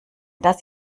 das